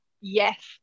Yes